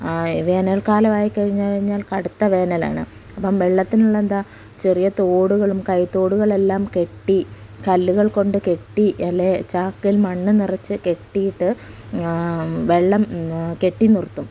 വേനൽക്കാലമായിക്കഴിഞ്ഞ് കഴിഞ്ഞാൽ കടുത്ത വേനലാണ് അപ്പം വെള്ളത്തിനുള്ള എന്താ ചെറിയ തോടുകളും കൈത്തോടുകളെല്ലാം കെട്ടി കല്ലുകൾകൊണ്ട് കെട്ടി അല്ലെങ്കിൽ ചാക്കിൽ മണ്ണ് നിറച്ച് കെട്ടിയിട്ട് വെള്ളം കെട്ടിനിർത്തും